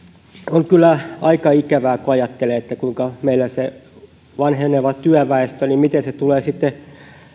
on kyllä aika ikävää kun ajattelee miten meillä se vanheneva työväestö tulee sitten